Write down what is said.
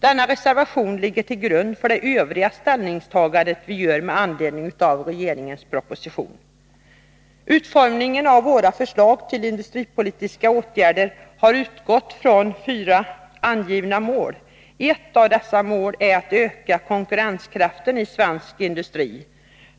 Denna reservation ligger till grund för det ställningstagande i övrigt som vi gör med anledning av regeringens proposition. Utformningen av våra förslag till industripolitiska åtgärder har utgått från fyra angivna mål. Ett av dessa mål är att öka konkurrenskraften i svensk industri.